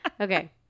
Okay